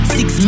Six